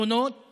חתונות